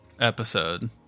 episode